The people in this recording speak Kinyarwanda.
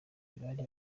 bari